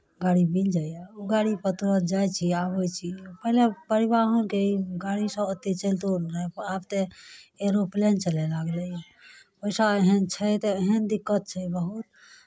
गाड़ी मिल जाइए गाड़ी कतहु जाइ छियै आबै छियै पहिले परिवहनके ई गाड़ीसभ ओतेक चलितो नहि आब तऽ एरोप्लेन चलए लागलैए पैसा एहन छै तऽ एहन दिक्कत छै बहुत